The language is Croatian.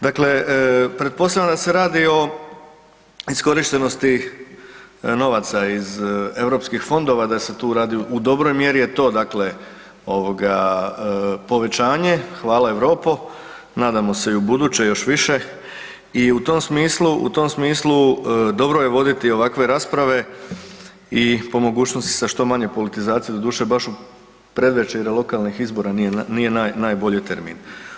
Dakle, pretpostavljam da se radi o iskorištenosti novaca iz europskih fondova, da se tu radi u dobroj mjeri je to, dakle povećanje, hvala Europo, nadamo se i u buduće još više i u tom smislu dobro je voditi ovakve rasprave i po mogućnosti sa što manje politizacije, doduše baš u predvečerje lokalnih izbora nije najbolji termin.